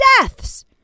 deaths